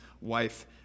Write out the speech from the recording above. wife